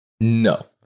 No